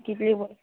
कितली बस